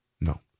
No